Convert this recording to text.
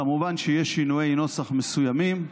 כמובן שיש שינויי נוסח מסוימים.